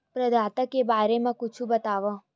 प्रदाता के बारे मा कुछु बतावव?